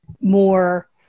more